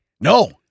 No